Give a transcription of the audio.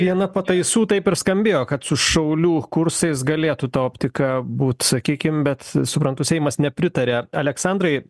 viena pataisų taip ir skambėjo kad su šaulių kursais galėtų ta optika būt sakykim bet suprantu seimas nepritaria aleksandrai